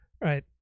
right